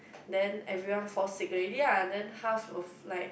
then everyone fall sick already lah then half of like